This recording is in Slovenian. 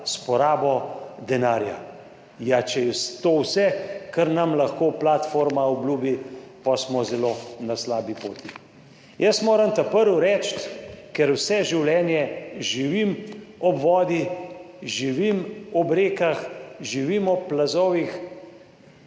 s porabo denarja. Ja, če je to vse, kar nam lahko platforma obljubi, pa smo zelo na slabi poti. Jaz moram prvo reči, ker vse življenje živim ob vodi, živim ob rekah, živim ob plazovih,